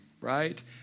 right